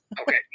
Okay